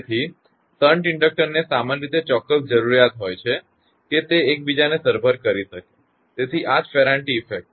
તેથી shunt inductor ને સામાન્ય રીતે ચોક્કસ જરુરિયાત હોય છે કે તે એકબીજાને સરભર કરી શકે તેથી જ આ ફેરાન્ટી ઇફેક્ટ